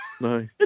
No